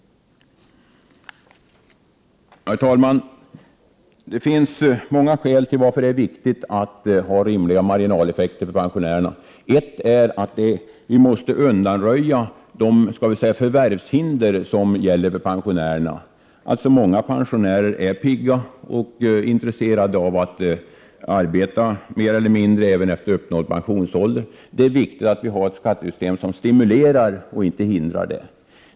Det finns många viktiga skäl till att ha rimliga marginaleffekter för pensionärerna. Ett är att vi måste undanröja förvärvshinder för pensionärerna. Många pensionärer är pigga och intresserade av att arbeta även efter uppnådd pensionsålder. Det är viktigt att vi har ett skattesystem som stimulerar och inte hindrar detta.